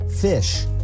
fish